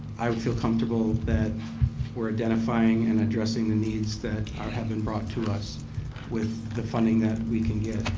i would feel comfortable that were identifying and addressing the needs that have been brought to us with the funding that we can get.